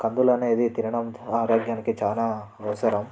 కందులు అనేది తినడం చాలా ఆరోగ్యానికి చాలా అవసరం